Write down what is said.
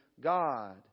God